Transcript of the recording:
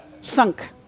Sunk